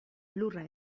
lurra